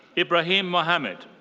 ibrahim mohammad.